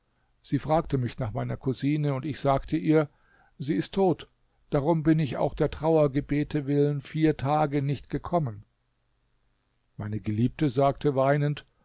sie fragte mich nach meiner cousine und ich sagte ihr sie ist tot und darum bin ich auch der trauergebete willen vier tage nicht gekommen meine geliebte sagte weinend